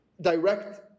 direct